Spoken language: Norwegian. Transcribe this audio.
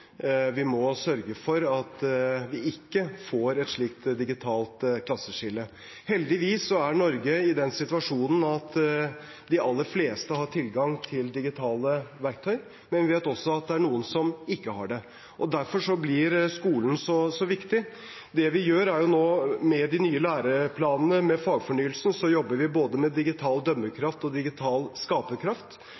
Vi må sørge for at vi ikke får et slikt digitalt klasseskille. Heldigvis er Norge i den situasjonen at de aller fleste har tilgang til digitale verktøy, men vi vet også at det er noen som ikke har det. Derfor blir skolen så viktig. Med de nye læreplanene og fagfornyelsen jobber vi med både digital dømmekraft og digital skaperkraft. Vi må sørge for at elevene ikke bare bruker, men også er med